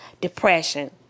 depression